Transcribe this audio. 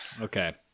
Okay